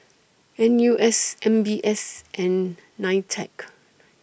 N U S M B S and NITEC